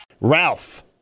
Ralph